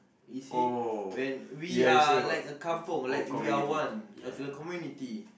you see when we are like a kampung like we are one like a community